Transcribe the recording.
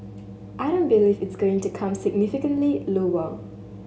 I don't believe it's going to come significantly lower